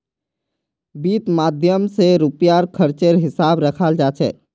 वित्त माध्यम स रुपयार खर्चेर हिसाब रखाल जा छेक